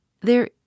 there